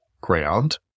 ground